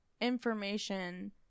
information